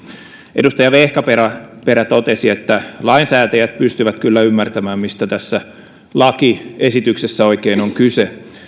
edustaja vehkaperä totesi että lainsäätäjät pystyvät kyllä ymmärtämään mistä tässä lakiesityksessä oikein on kyse